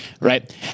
Right